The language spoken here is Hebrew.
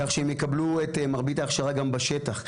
כך שהם יקבלו גם את מרבית ההכשרה בשטח.